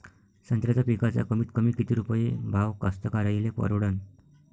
संत्र्याचा पिकाचा कमीतकमी किती रुपये भाव कास्तकाराइले परवडन?